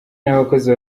n’abakozi